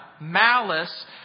malice